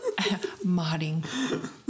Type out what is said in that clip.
Modding